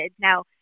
Now